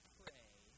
pray